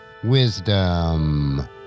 Wisdom